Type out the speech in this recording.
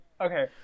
okay